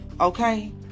okay